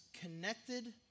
connected